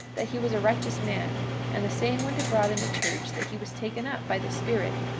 that he was a righteous man and the saying went abroad in the church that he was taken up by the spirit,